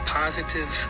positive